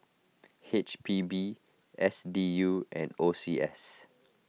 H P B S D U and O C S